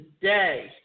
today